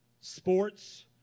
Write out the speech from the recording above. sports